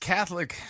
Catholic